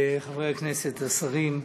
חברי הכנסת, השרים,